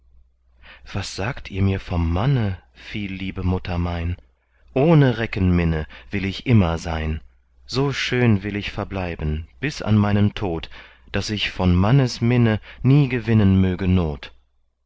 was sagt ihr mir vom manne viel liebe mutter mein ohne reckenminne will ich immer sein so schön will ich verbleiben bis an meinen tod daß ich von mannes minne nie gewinnen möge not